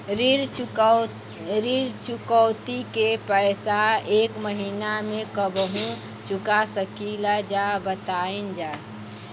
ऋण चुकौती के पैसा एक महिना मे कबहू चुका सकीला जा बताईन जा?